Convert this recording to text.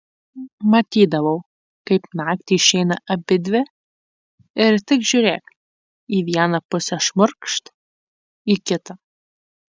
matydavau kaip naktį išeina abidvi ir tik žiūrėk į vieną pusę šmurkšt į kitą